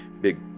big